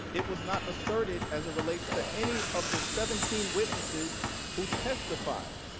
it was not asserted as it relates to any of the seventeen witnesses who testified.